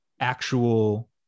actual